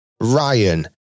ryan